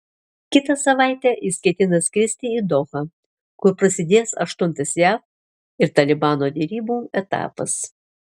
kitą savaitę jis ketina skristi į dohą kur prasidės aštuntas jav ir talibano derybų etapas